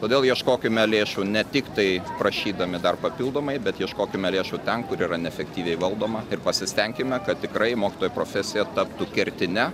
todėl ieškokime lėšų ne tiktai prašydami dar papildomai bet ieškokime lėšų ten kur yra neefektyviai valdoma ir pasistenkime kad tikrai mokytojo profesija taptų kertine